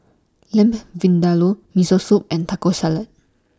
Lamb Vindaloo Miso Soup and Taco Salad